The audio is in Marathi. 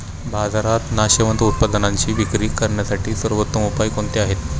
बाजारात नाशवंत उत्पादनांची विक्री करण्यासाठी सर्वोत्तम उपाय कोणते आहेत?